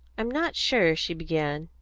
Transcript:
i'm not sure, she began.